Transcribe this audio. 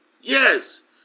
Yes